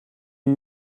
and